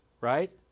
Right